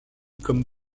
comme